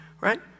right